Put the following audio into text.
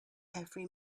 every